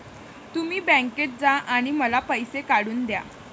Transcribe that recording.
तुम्ही बँकेत जा आणि मला पैसे काढून दया